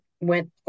went